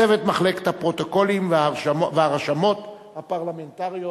צוות מחלקת הפרוטוקולים והרשמות הפרלמנטריות,